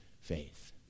faith